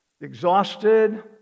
exhausted